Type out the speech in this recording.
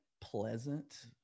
pleasant